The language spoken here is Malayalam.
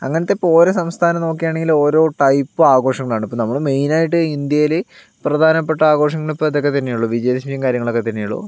അങ്ങനത്തെ ഇപ്പോൾ ഓരോ സംസ്ഥാനം നോക്കുകയാണെങ്കിൽ ഓരോ ടൈപ്പ് ആഘോഷങ്ങളാണ് ഇപ്പോൾ നമ്മൾ മെയിനായിട്ട് ഇന്ത്യയിൽ പ്രധാനപ്പെട്ട ആഘോഷങ്ങൾ ഇപ്പോൾ ഇതൊക്കെ തന്നെയുള്ളൂ വിജയദശമിയും കാര്യങ്ങളൊക്കെ തന്നെയുള്ളൂ